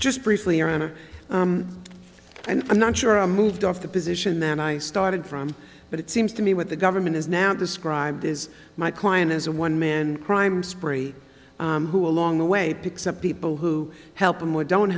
just briefly your honor and i'm not sure i moved off the position then i started from but it seems to me what the government is now described is my client is a one man crime spree who along the way picks up people who help him or don't